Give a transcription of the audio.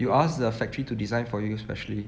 you ask the factory to design for you specially